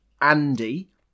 Andy